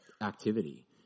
activity